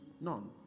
None